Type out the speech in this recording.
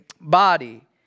body